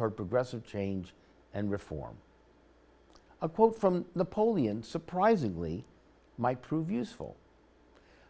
toward progressive change and reform a quote from the polian surprisingly might prove useful